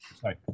sorry